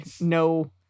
no